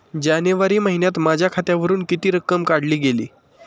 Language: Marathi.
जानेवारी महिन्यात माझ्या खात्यावरुन किती रक्कम काढली गेली?